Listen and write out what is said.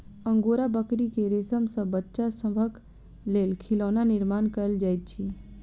angora बकरी के रेशम सॅ बच्चा सभक लेल खिलौना निर्माण कयल जाइत अछि